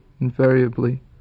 invariably